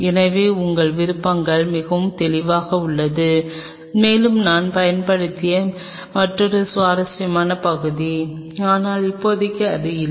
எனவே உங்கள் விருப்பங்கள் மிகவும் தெளிவாக உள்ளன மேலும் நான் பயன்படுத்திய மற்றொரு சுவாரஸ்யமான பகுதி ஆனால் இப்போதைக்கு அது இல்லை